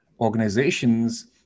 Organizations